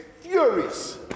furious